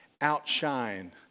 outshine